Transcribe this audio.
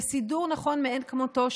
זה סידור נכון מאין כמותו,